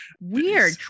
Weird